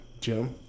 Jim